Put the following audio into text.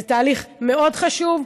זה תהליך מאוד חשוב.